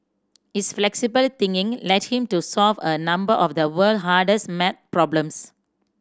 his flexible thinking led him to solve a number of the world hardest maths problems